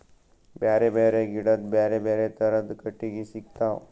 ಬ್ಯಾರೆ ಬ್ಯಾರೆ ಗಿಡದ್ ಬ್ಯಾರೆ ಬ್ಯಾರೆ ಥರದ್ ಕಟ್ಟಗಿ ಸಿಗ್ತವ್